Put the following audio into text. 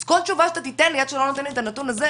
אז כל תשובה שתיתן לי עד שיהיה לך הנתון הזה,